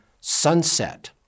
sunset